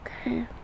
okay